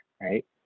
right